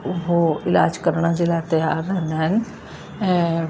हो इलाज करण जे लाइ तयार रहंदा आहिनि ऐं